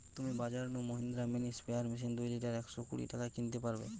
তুমি বাজর নু মহিন্দ্রা মিনি স্প্রেয়ার মেশিন দুই লিটার একশ কুড়ি টাকায় কিনতে পারবে